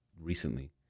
recently